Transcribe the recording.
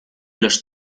lois